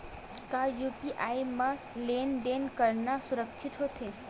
का यू.पी.आई म लेन देन करना सुरक्षित होथे?